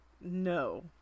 No